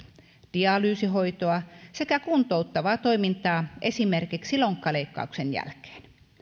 dialyysihoitoa sekä kuntouttavaa toimintaa esimerkiksi lonkkaleikkauksen jälkeen